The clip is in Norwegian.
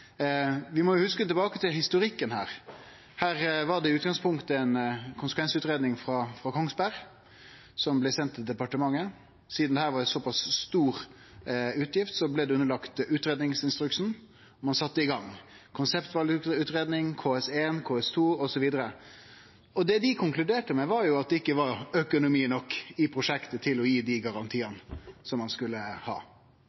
Vi må hugse historikken her – her var det i utgangspunktet ei konsekvensutgreiing frå Kongsberg som blei send til departementet. Sidan det var ei såpass stor utgift, blei det underlagd utgreiingsinstruksen. Ein sette i gang konseptvalutgreiing, KS1, KS2 osv. Det dei konkluderte med, var at det ikkje var økonomi nok i prosjektet til å gi dei garantiane som ein skulle ha.